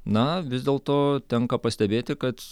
na vis dėlto tenka pastebėti kad